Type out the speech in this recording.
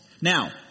Now